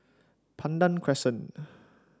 Pandan Crescent